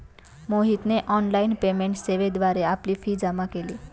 मोहितने online payment सेवेद्वारे आपली फी जमा केली